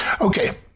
Okay